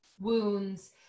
Wounds